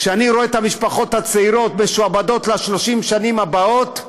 כשאני רואה את המשפחות הצעירות משועבדות ל-30 השנים הבאות,